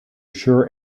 sure